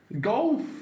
golf